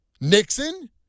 Nixon